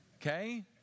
okay